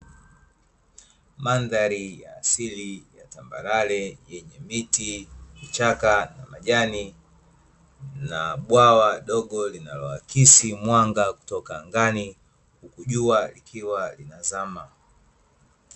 Mandhari ya asili ya tambarare yenye miti, vichaka na majani na bwawa dogo linaloakisi mwanga kutoka angani. Huku jua likiwa linazama.